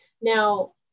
Now